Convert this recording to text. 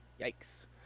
Yikes